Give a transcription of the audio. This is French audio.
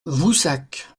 voussac